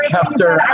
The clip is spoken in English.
Kester